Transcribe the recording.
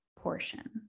portion